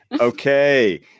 Okay